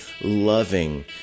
loving